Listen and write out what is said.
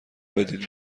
بدید